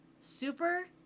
super